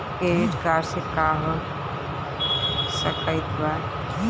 Credit card से का हो सकइत बा?